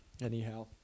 anyhow